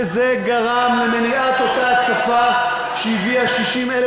וזה גרם למניעת אותה הצפה שהביאה 60,000